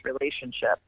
relationship